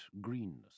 greenness